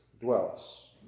dwells